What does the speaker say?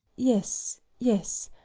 yes, yes,